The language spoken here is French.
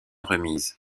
remise